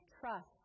trust